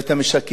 קיבוצים,